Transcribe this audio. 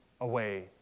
away